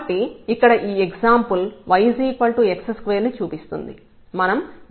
కాబట్టి ఇక్కడ ఈ ఎగ్జాంపుల్ yx2ని చూపిస్తుంది